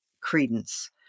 credence